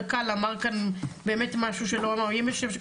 קק"ל אמר כאן באמת משהו שלא רואים,